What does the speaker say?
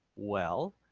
well